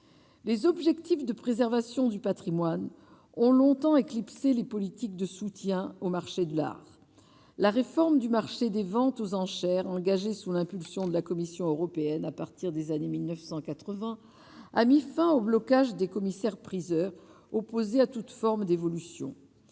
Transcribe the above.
les objectifs de préservation du Patrimoine ont longtemps éclipsé les politiques de soutien au marché de l'art, la réforme du marché des ventes aux enchères engagées sous l'impulsion de la Commission européenne à partir des années 1980 a mis fin au blocage des commissaires-priseurs, opposé à toute forme d'évolution,